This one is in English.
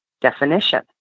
definition